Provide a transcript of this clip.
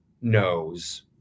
knows